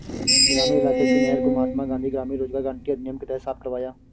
ग्रामीण इलाके की नहर को महात्मा गांधी ग्रामीण रोजगार गारंटी अधिनियम के तहत साफ करवाया